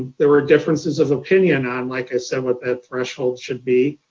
there were differences of opinion on like, i said, what that threshold should be,